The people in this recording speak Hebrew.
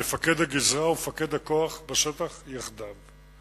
מפקד הגזרה ומפקד הכוח בשטח יחדיו.